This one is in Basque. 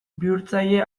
bihurtzaile